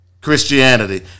Christianity